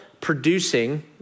producing